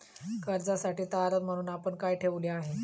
कर्जासाठी तारण म्हणून आपण काय ठेवले आहे?